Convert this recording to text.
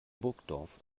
burgdorf